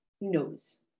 knows